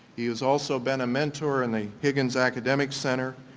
he has also been a mentor in the higgins academic center,